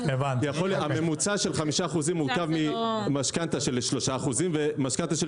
ממוצע של 5% מורכב ממשכנתה של 3% וממשכנתה של